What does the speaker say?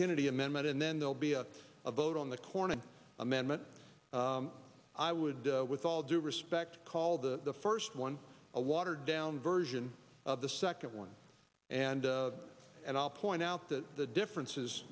kennedy amendment and then there'll be a a vote on the cornyn amendment i would with all due respect call the first one a watered down version of the second one and and i'll point out that the difference